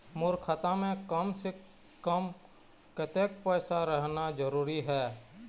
मोर खाता मे कम से से कम कतेक पैसा रहना जरूरी हे?